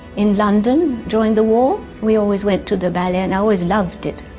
in london during the war, we always went to the ballet and i always loved it.